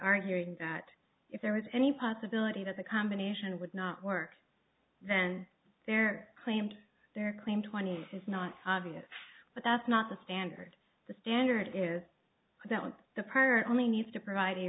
arguing that if there is any possibility that the combination would not work then there claimed their claim twenty is not obvious but that's not the standard the standard is that with the prior only need to provide a